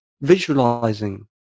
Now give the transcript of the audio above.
visualizing